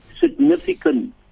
significant